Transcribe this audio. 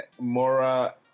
Mora